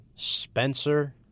Spencer